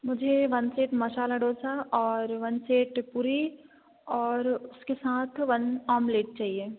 मुझे one plate masala dosa और one plate puri और उसके साथ वन ऑमलेट चाहिए